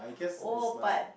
oh but